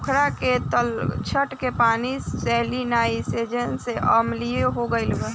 पोखरा के तलछट के पानी सैलिनाइज़ेशन से अम्लीय हो गईल बा